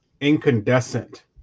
incandescent